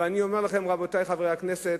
רבותי חברי הכנסת,